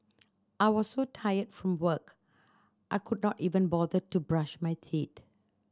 I was so tired from work I could not even bother to brush my teeth